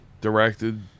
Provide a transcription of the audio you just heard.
directed